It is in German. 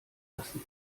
lassen